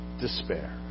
despair